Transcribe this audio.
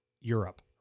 Europe